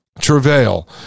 travail